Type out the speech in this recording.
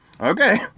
Okay